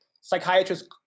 psychiatrist